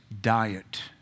diet